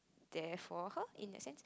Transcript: there for her in that sense